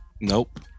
Nope